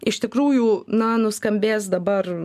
iš tikrųjų na nuskambės dabar